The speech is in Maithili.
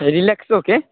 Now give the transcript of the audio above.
रिलेक्सोके